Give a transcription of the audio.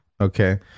Okay